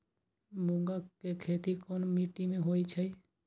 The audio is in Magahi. मूँग के खेती कौन मीटी मे होईछ?